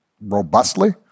robustly